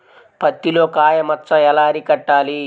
పత్తిలో కాయ మచ్చ ఎలా అరికట్టాలి?